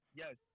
yes